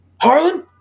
Harlan